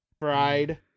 fried